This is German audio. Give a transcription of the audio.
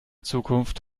zukunft